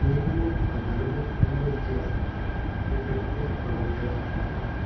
minimum आधारबूत किम्मत जी आसा ती प्रत्येक प्रॉडक्टाचेर दिवपाक जाय